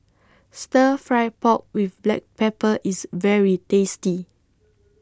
Stir Fried Pork with Black Pepper IS very tasty